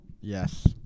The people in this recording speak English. Yes